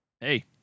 Hey